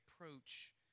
approach